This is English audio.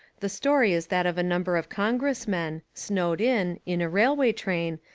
the story is that of a number of con gressmen, snowed in, in a railway train,